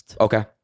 Okay